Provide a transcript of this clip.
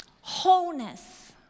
wholeness